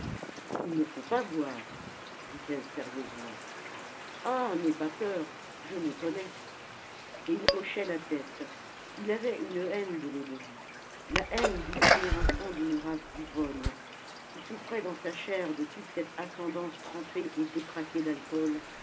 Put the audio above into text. il ne faut pas boire dit-elle sérieusement ah n'aie pas peur je me connais et il hochait la tête il avait une haine de l'eau-de-vie la haine du dernier enfant d'une race d'ivrognes qui souffrait dans sa chair de toute cette ascendance trempée et détraquée d'alcool